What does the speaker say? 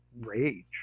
rage